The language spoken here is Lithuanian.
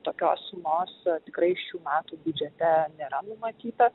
tokios sumos tikrai šių metų biudžete nėra numatyta